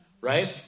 right